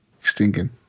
Stinking